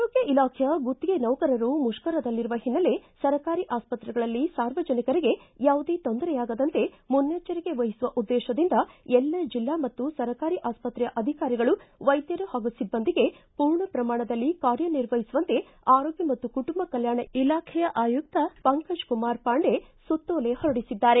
ಆರೋಗ್ಯ ಇಲಾಖೆಯ ಗುತ್ತಿಗೆ ನೌಕರರು ಮುಷ್ತರದಲ್ಲಿರುವ ಹಿನ್ನೆಲೆ ಸರ್ಕಾರಿ ಆಸ್ಪತ್ರೆಗಳಲ್ಲಿ ಸಾರ್ವಜನಿಕರಿಗೆ ಯಾವುದೇ ತೊಂದರೆಯಾಗದಂತೆ ಮುನ್ನೆಚ್ಚರಿಕೆ ವಹಿಸುವ ಉದ್ನೇಶದಿಂದ ಎಲ್ಲಾ ಜಿಲ್ಲಾ ಮತ್ತು ಸರ್ಕಾರಿ ಆಸ್ಪತ್ರೆಯ ಅಧಿಕಾರಿಗಳು ವೈದ್ಧರು ಹಾಗೂ ಸಿಬ್ಬಂದಿಗೆ ಪೂರ್ಣ ಪ್ರಮಾಣದಲ್ಲಿ ಕಾರ್ಯ ನಿರ್ವಹಿಸುವಂತೆ ಆರೋಗ್ಯ ಮತ್ತು ಕುಟುಂಬ ಕಲ್ಕಾಣ ಇಲಾಖೆಯ ಆಯುಕ್ತ ಪಂಕಜಕುಮಾರ್ ಪಾಂಡೆ ಸುತ್ತೋಲೆ ಹೊರಡಿಸಿದ್ದಾರೆ